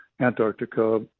Antarctica